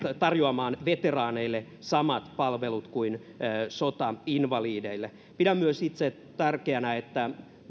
tarjoamaan veteraaneille samat palvelut kuin sotainvalideille pidän myös itse tärkeänä että